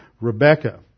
Rebecca